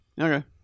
Okay